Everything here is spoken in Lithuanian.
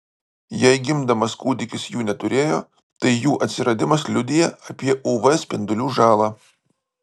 jei gimdamas kūdikis jų neturėjo tai jų atsiradimas liudija apie uv spindulių žalą